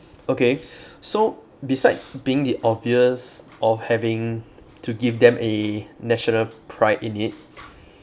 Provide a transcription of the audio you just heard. okay so beside being the obvious of having to give them a national pride in it